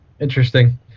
Interesting